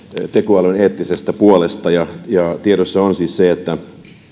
tekoälyn eettisestä puolesta tiedossa on siis se että